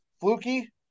fluky